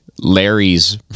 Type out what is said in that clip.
Larry's